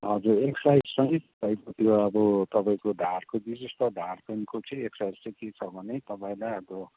हजुर एक साइडसहित खै त्यो अब तपाईँको ढाडको विशेष त ढाडथिमको चाहिँ एक्साइज चाहिँ के छ भने तपाईँलाई अब